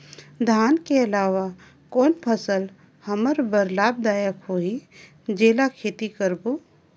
धान के अलावा कौन फसल हमर बर लाभदायक होही जेला खेती करबो?